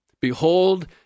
Behold